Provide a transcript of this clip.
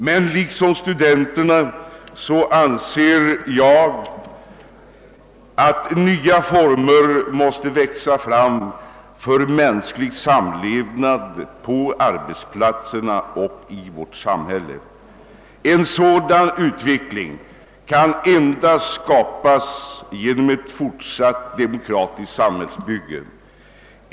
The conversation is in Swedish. Men liksom studenterna anser jag att nya former måste växa fram för mänsklig samlevnad på arbetsplatserna och inom vårt samhälle i övrigt. En sådan utveckling kan endast skapas genom ett fortsatt demokratiskt samhällsbygge.